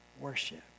worship